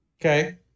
Okay